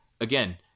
again